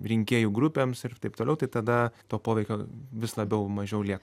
rinkėjų grupėms ir taip toliau tai tada to poveikio vis labiau mažiau lieka